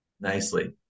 nicely